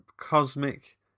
cosmic